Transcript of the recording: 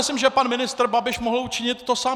Myslím, že pan ministr Babiš mohl učinit to samé.